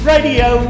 Radio